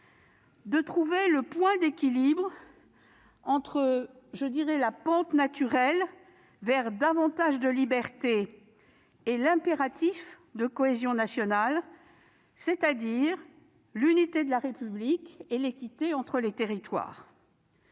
de trouver le point d'équilibre entre la pente naturelle vers davantage de liberté et l'impératif de cohésion nationale, c'est-à-dire d'unité de la République et d'équité entre les territoires.